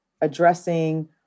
addressing